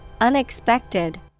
unexpected